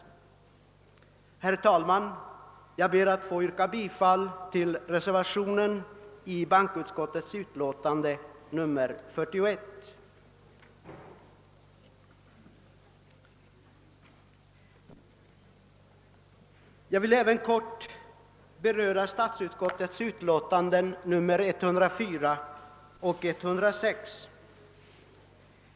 Herr talman! Jag ber att få yrka bifall till reservationen i bankoutskottets utlåtande nr 41. Sedan vill jag också helt kort beröra statsutskottets utlåtanden nr 104 och 106.